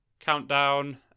countdown